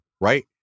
Right